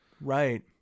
Right